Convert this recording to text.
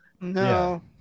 no